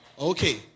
Okay